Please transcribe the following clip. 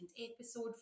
episode